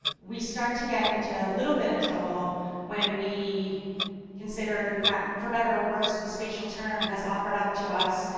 we start to get into a little bit of trouble when we consider the map, for better or worse, the spatial turn has offered up to us,